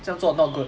这样做 not good